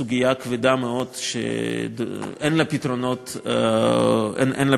סוגיה כבדה מאוד, שאין לה פתרונות קלים.